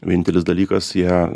vienintelis dalykas ją